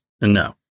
No